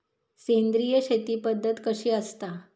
सेंद्रिय शेती पद्धत कशी असता?